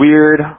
weird